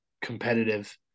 competitive